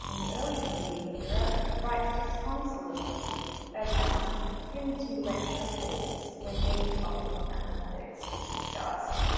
and the early medieval era writes disconsolately about the empty lecture halls when any topic on mathematics was discussed.